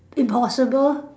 impossible